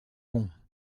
bon